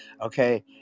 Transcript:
Okay